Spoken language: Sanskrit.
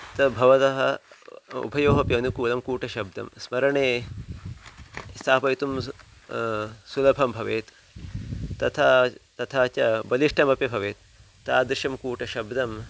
तद् भवतः उभयोः अपि अनुकूलं कूटशब्दं स्मरणे स्थापयितुं सुलभं सुलभं भवेत् तथा तथा च बदिष्टमपि भवेत् तादृशं कूटशब्दं